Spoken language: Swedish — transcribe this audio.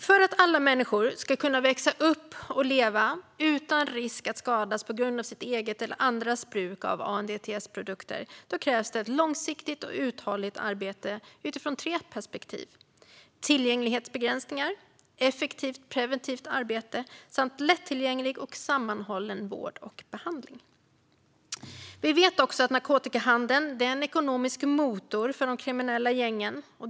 För att alla människor ska kunna växa upp och leva utan risk att skadas på grund av sitt eget eller andras bruk av ANDTS-produkter krävs det ett långsiktigt och uthålligt arbete utifrån tre perspektiv: tillgänglighetsbegränsningar, effektivt preventivt arbete samt lättillgänglig och sammanhållen vård och behandling. Vi vet också att narkotikahandel är en ekonomisk motor för de kriminella gängen.